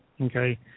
okay